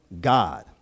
God